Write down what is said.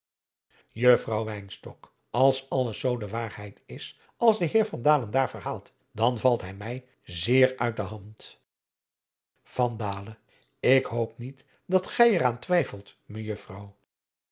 wynstok als alles zoo de waarheid is als de heer van dalen daar verhaalt dan valt hij mij zeer uit de hand van dalen ik hoop niet dat gij er aan twijfelt